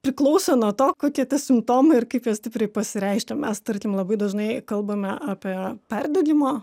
priklauso nuo to kokie tie simptomai ir kaip jie stipriai pasireiškia mes tarkim labai dažnai kalbame apie perdegimo